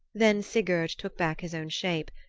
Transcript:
then sigurd took back his own shape,